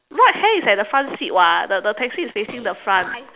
right hand is at the front seat [what] the the taxi is facing the front